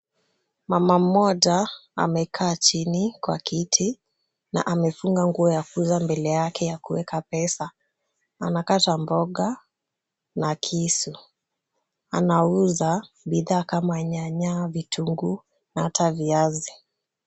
Mama mmoja amekaa chini kwa kiti na amefunga nguo ya kuuza mbele yake, ya kuweka pesa. Anakata mboga na kisu. Anauza bidhaa kama nyanya, vitunguu na hata viazi.